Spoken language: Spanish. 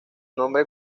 nombre